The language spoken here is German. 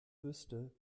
wüsste